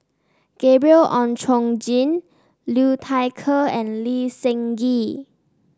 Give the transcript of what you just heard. Gabriel Oon Chong Jin Liu Thai Ker and Lee Seng Gee